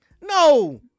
no